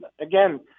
Again